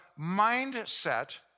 mindset